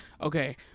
okay